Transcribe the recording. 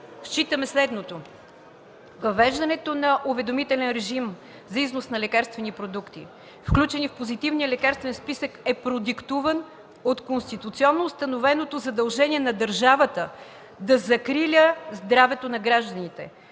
считаме следното. Въвеждането на уведомителен режим за износ на лекарствени продукти, включени в позитивния лекарствен списък, е продиктувано от конституционно установеното задължение на държавата да закриля здравето на гражданите